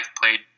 Played